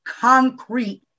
concrete